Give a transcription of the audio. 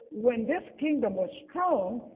when this kingdom was strong.